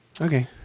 Okay